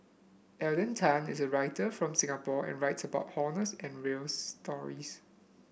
Alden Tan is a writer from Singapore and writes about honest and real stories